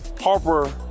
Harper